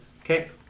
Okay